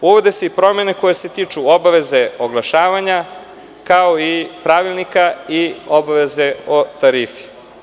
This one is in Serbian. Uvode se i promene koje se tiču obaveze oglašavanja, kao i pravilnika i obaveze o tarifi.